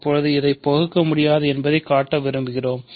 இப்போது அதை பகுக்கமுடியாதது என்பதைக் காட்ட விரும்புகிறேன்